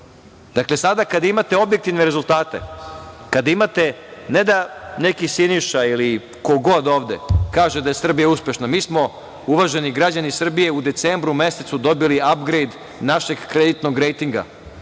sada kad imate objektivne rezultate, kada imate ne da neki Siniša, ili ko god ovde, kaže da je Srbija uspešna, mi smo, uvaženi građani Srbije, u decembru mesecu dobili apgrejd našeg kreditnog rejtinga.